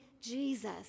Jesus